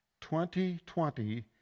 2020